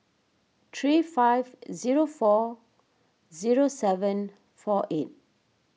three five zero four zero seven four eight